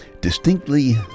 distinctly